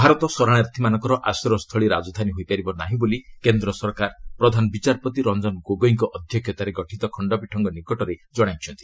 ଭାରତ ଶରଣାର୍ଥୀମାନଙ୍କ ଆଶ୍ରୟସ୍ଥଳୀ ରାଜଧାନୀ ହୋଇପାରିବ ନାହିଁ ବୋଲି କେନ୍ଦ୍ର ସରକାର ପ୍ରଧାନ ବିଚାରପତି ରଞ୍ଜନ ଗୋଗୋଇଙ୍କ ଅଧ୍ୟକ୍ଷତାରେ ଗଠିତ ଖଣ୍ଡପୀଠଙ୍କ ନିକଟରେ ଜଣାଇଛନ୍ତି